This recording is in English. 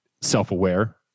self-aware